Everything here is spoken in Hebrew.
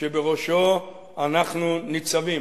שבראשו אנחנו ניצבים.